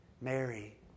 Mary